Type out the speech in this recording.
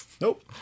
Nope